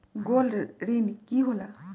Gold ऋण की होला?